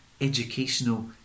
educational